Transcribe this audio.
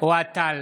אוהד טל,